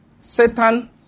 Satan